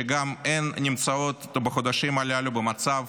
שגם הן נמצאות בחודשים הללו במצב